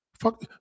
Fuck